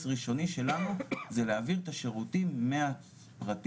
ראשוני שלנו זה להעביר את השירותים מהפרטי,